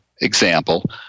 example